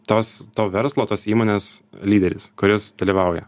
tas to verslo tos įmonės lyderis kuris dalyvauja